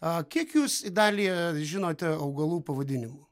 a kiek jūs idalija žinote augalų pavadinimų